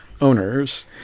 owners